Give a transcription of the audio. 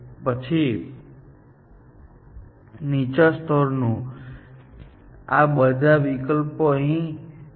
પછી આ નીચું સ્તર છે આ બધા વિકલ્પો અહીં છે